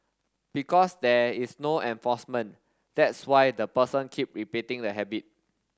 because there is no enforcement that's why the person keep repeating the habit